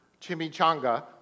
chimichanga